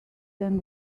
than